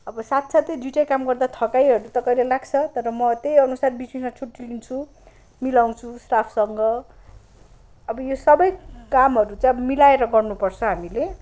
अब साथ साथै दुईवटै काम गर्दा थकाईहरू त कहिले लाग्छ तर म त्यही अनुसार बिच बिचमा छुट्टी लिन्छु मिलाउँछु स्टाफसँग अब यो सबै कामहरू चाहिँ अब मिलाएर गर्नुपर्छ हामीले